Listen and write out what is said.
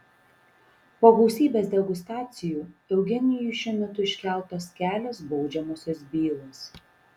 po gausybės degustacijų eugenijui šiuo metu iškeltos kelios baudžiamosios bylos